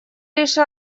лишь